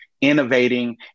innovating